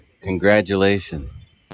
Congratulations